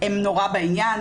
הן נורא בעניין,